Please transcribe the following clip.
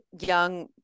young